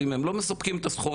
ואם הם לא מספקים את הסחורה,